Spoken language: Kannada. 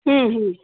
ಹ್ಞೂ ಹ್ಞೂ